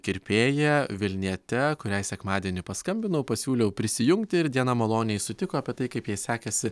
kirpėja vilniete kuriai sekmadienį paskambinau pasiūliau prisijungti ir diana maloniai sutiko apie tai kaip jai sekėsi